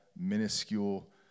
Minuscule